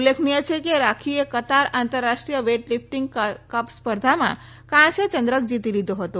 ઉલ્લેખનીય છે કે રાખીએ કતાર આંતરરાષ્ટ્રીય વેઇટલીફટીંગ કપ સ્પર્ધામાં કાંસ્ય ચંદ્રક જીતી લીધો હતો